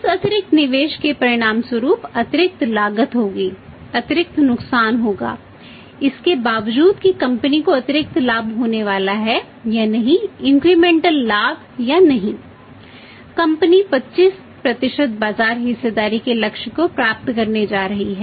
उस अतिरिक्त निवेश के परिणामस्वरूप अतिरिक्त लागत होगी अतिरिक्त नुकसान होगा इसके बावजूद कि कंपनी का सवाल है